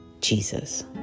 Jesus